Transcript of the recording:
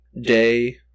day